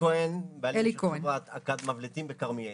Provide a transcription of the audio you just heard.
בעל חברת אקד מבלטים בכרמיאל.